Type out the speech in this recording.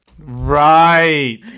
right